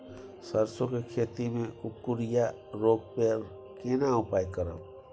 सरसो के खेती मे कुकुरिया रोग पर केना उपाय करब?